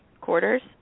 quarters